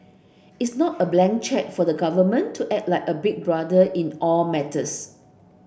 it's not a blank cheque for the government to act like a big brother in all matters